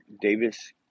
Davis